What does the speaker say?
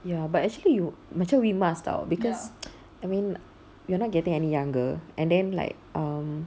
ya but actually you macam we must [tau] because I mean you're not getting any younger and then like um